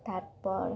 তারপর